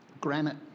granite